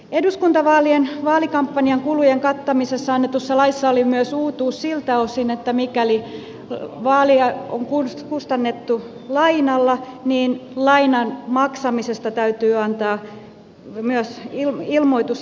eduskuntavaalien vaalikampanjan kulujen kattamisesta annetussa laissa oli myös uutuus siltä osin että mikäli vaaleja on kustannettu lainalla lainan maksamisesta täytyy antaa myös jälki ilmoitus